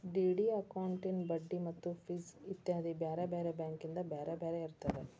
DD ಅಕೌಂಟಿನ್ ಬಡ್ಡಿ ಮತ್ತ ಫಿಸ್ ಇತ್ಯಾದಿ ಬ್ಯಾರೆ ಬ್ಯಾರೆ ಬ್ಯಾಂಕಿಂದ್ ಬ್ಯಾರೆ ಬ್ಯಾರೆ ಇರ್ತದ